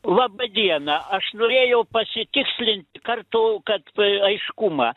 laba diena aš norėjau pasitikslint kartu kad aiškumą